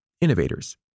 innovators